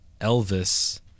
Elvis